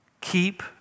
Keep